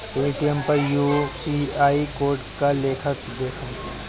Paytm पर UPI code के लेखा देखम?